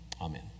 Amen